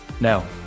Now